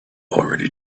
already